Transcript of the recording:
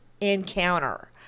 encounter